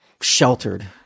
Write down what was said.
sheltered